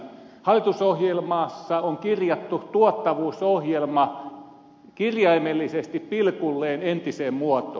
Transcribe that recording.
hallitusohjelmaan on kirjattu tuottavuusohjelma kirjaimellisesti pilkulleen entiseen muotoon